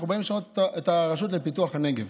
אנחנו באים לשנות את הרשות לפיתוח הנגב